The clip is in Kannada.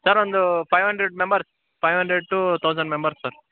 ಸರ್ ಒಂದು five hundred members five hundred to thousand members sir